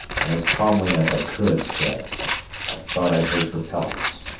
and, as calmly as i could, said i thought i heard propellers.